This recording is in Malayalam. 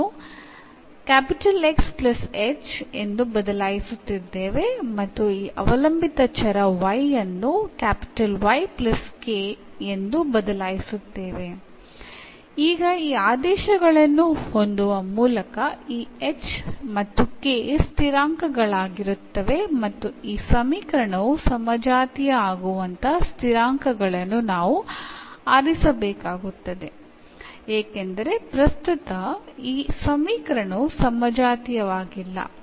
നമ്മളിവിടെ ബിഗ് എക്സ് ബിഗ് വൈ എന്നീ പുതിയ വേരിയബിൾകളിലുള്ള എന്നീ സബ്സ്റ്റിറ്റ്യൂഷൻസ് എടുക്കുന്നു